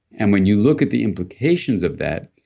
and when you look at the implications of that,